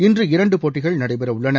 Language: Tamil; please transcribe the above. இன்று இரண்டு போட்டிகள் நடைபெற உள்ளன